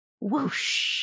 whoosh